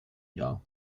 jahr